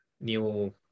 new